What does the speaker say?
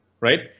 Right